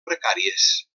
precàries